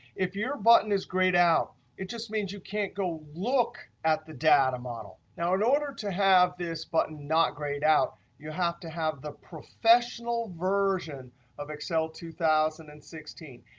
if your button is grayed out it just means means you can't go look at the data model. now, in order to have this button not grayed out you have to have the professional version of excel two thousand and sixteen,